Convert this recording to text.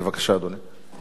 בבקשה, אדוני.